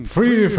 Free